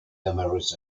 numerous